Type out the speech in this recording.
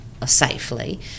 safely